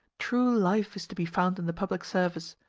true life is to be found in the public service.